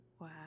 Wow